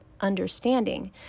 understanding